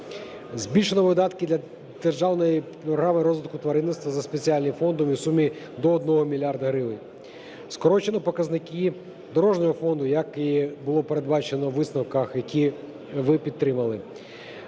Збільшено видатки для державної програми розвитку тваринництва за спеціальним фондом у сумі до 1 мільярда гривень. Скорочено показники дорожнього фонду, як і було передбачено у висновках, які ви підтримали.